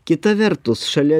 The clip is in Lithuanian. kita vertus šalia